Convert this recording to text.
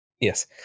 Yes